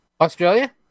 Australia